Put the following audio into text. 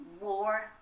war